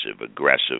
aggressive